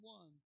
one